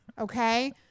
Okay